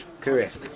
Correct